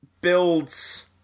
builds